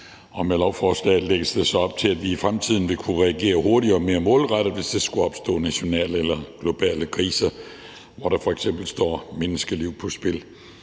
og med lovforslaget lægges der så op til, at vi i fremtiden vil kunne reagere hurtigere og mere målrettet, hvis der skulle opstå nationale eller globale kriser, hvor der f.eks. står menneskeliv på spil.